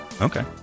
Okay